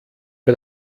bei